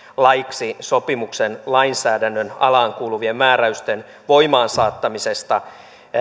laiksi sopimuksen lainsäädännön alaan kuuluvien määräysten voimaansaattamisesta